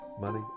money